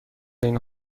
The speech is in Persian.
این